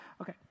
okay